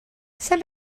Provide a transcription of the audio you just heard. some